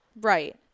Right